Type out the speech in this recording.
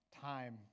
time